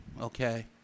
Okay